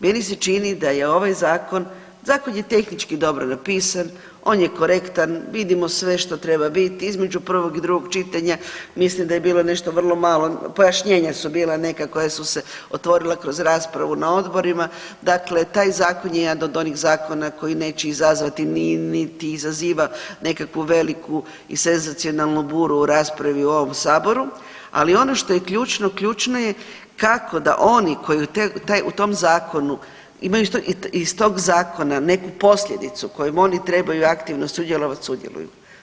Meni se čini da je ovaj zakon, zakon je tehnički dobro napisan, on je korektan, vidimo sve što treba biti, između prvog i drugog čitanja mislim da je bilo nešto vrlo malo, pojašnjenja su bila nekakva jer su se otvorila kroz raspravu na odborima, dakle taj zakon je jedan od onih zakona koji neće izazvati niti izaziva nekakvu veliku i senzacionalnu buru u raspravi u ovom saboru, ali ono što je ključno, ključno je kako da oni koji u taj, u tom zakonu imaju iz tog zakona neku posljedicu kojom oni trebaju aktivno sudjelovati, sudjeluju.